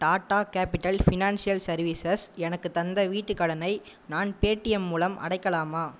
Tata Capital Financial Services எனக்கு தந்த வீட்டு கடனை நான் பேடிஎம் மூலம் அடைக்கலாமா